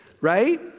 Right